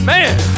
Man